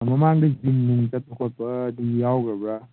ꯃꯃꯥꯡꯗ ꯖꯤꯝ ꯅꯨꯡ ꯆꯠꯄ ꯈꯣꯠꯄ ꯑꯗꯨꯝ ꯌꯥꯎꯒ꯭ꯔꯕꯔꯥ